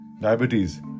Diabetes